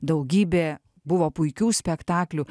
daugybė buvo puikių spektaklių